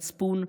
מצפון,